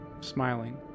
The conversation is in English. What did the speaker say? smiling